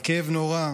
הכאב נורא,